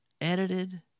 edited